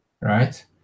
right